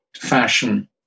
fashion